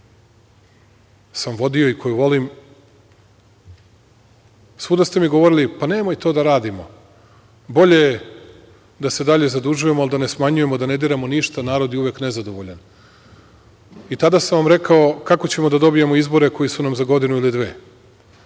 sam vodio i koju volim, svuda ste mi govorili – pa, nemoj to da radimo, bolje je da se dalje zadužujemo, ali da ne smanjujemo, da ne diramo ništa, narod je uvek nezadovoljan. Tada sam vam rekao – kako ćemo da dobijemo izbore koji su nam za godinu ili dve?